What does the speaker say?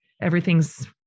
everything's